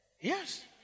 Yes